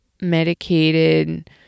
medicated